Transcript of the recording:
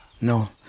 No